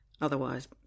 Otherwise